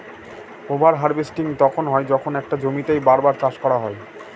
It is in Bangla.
ওভার হার্ভেস্টিং তখন হয় যখন একটা জমিতেই বার বার চাষ করা হয়